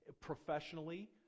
professionally